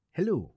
Hello